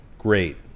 Great